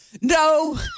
no